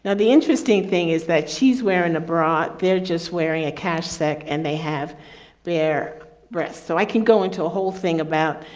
the interesting thing is that she's wearing a bra. they're just wearing a cash sec, and they have their breasts. so i can go into a whole thing about,